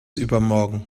übermorgen